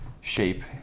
shape